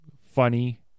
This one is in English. Funny